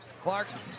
Clarkson